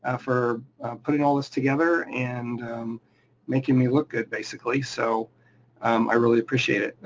ah for putting all this together and making me look good, basically, so um i really appreciate it.